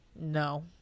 No